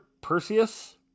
Perseus